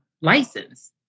license